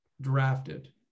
drafted